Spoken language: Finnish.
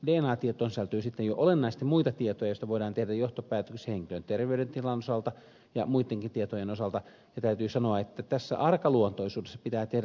dna tietoon sisältyy sitten jo olennaisesti muita tietoja joista voidaan tehdä johtopäätöksiä henkilön terveydentilan osalta ja muittenkin tietojen osalta ja täytyy sanoa että tässä arkaluontoisuudessa pitää tehdä selkeä ero